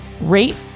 Rate